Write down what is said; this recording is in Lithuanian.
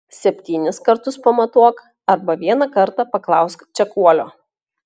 septynis kartus pamatuok arba vieną kartą paklausk čekuolio